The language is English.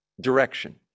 direction